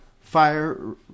fire